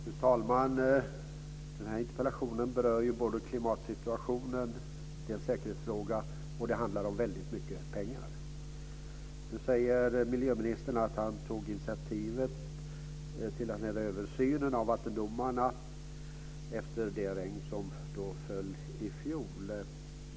Fru talman! Den här interpellationen berör ju klimatsituationen. Det är en säkerhetsfråga, och det handlar om väldigt mycket pengar. Nu säger miljöministern att han tog initiativet till den här översynen av vattendomarna efter det regn som föll i fjol.